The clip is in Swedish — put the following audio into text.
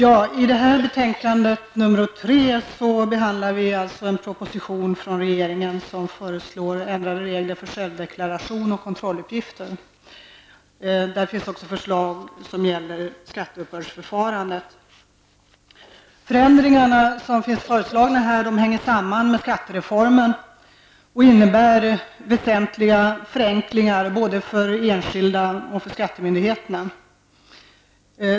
Fru talman! I skatteutskottets betänkande 3 behandlas en proposition från regeringen i vilken ändrade regler för självdeklaration och kontrolluppgifter föreslås. Det finns även förslag som gäller skatteuppbördsförfarandet. De föreslagna förändringarna hänger samman med skattereformen och innebär väsentliga förenklingar både för enskilda människor och för skattemyndigheterna.